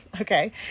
okay